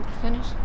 Finish